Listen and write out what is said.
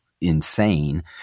insane